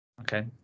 okay